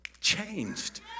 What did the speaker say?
changed